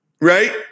Right